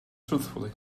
truthfully